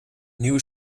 nieuwe